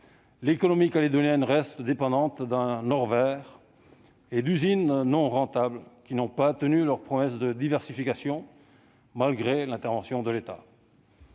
L'économie calédonienne reste dépendante d'un or vert et d'usines non rentables, qui n'ont pas tenu leurs promesses de diversification, malgré l'intervention de l'État.